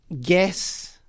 guess